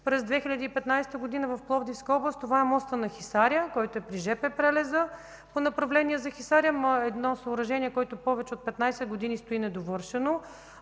през 2015 г. в Пловдивска област. Това е мостът на Хисаря, който е при жп прелеза по направлението за Хисаря – едно съоръжение, което повече от 15 години стои недовършено